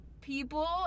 people